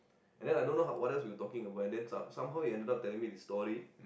and then I don't know what else we were talking about and then somehow he ended up telling me this story